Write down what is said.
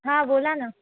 हां बोला ना